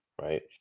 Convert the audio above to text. Right